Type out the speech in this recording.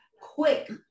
quick